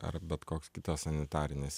ar bet koks kitas sanitarinis